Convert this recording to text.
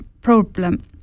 problem